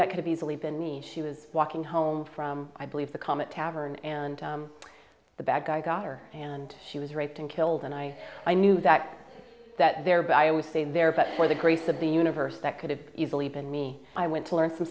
that could easily been me she was walking home from i believe the comet tavern and the bad guy got her and she was raped and killed and i i knew that that there but i would say there but for the grace of the universe that could have easily been me i went to learn